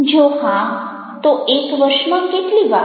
જો હા તો એક વર્ષમાં કેટલી વાર